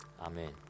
Amen